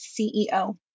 CEO